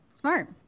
Smart